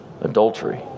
adultery